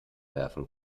werfen